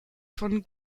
von